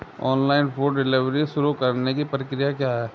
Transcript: Online food delivery शुरू करने की प्रक्रिया क्या है?